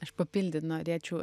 aš papildyt norėčiau